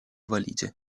valige